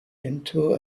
into